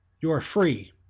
you are free